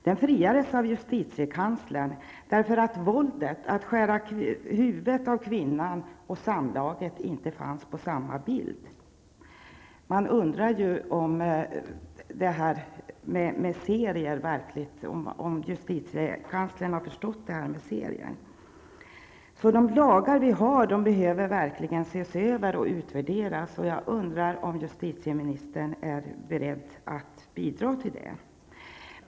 Den serien friades av justitiekanslern, därför att våldet, att skära huvudet av kvinnan, och samlaget inte fanns på samma bild! Man undrar ju om justitiekanslern har förstått det här med serier. De lagar vi har behöver alltså verkligen ses över och utvärderas. Jag undrar om justitieministern är beredd att bidra till det.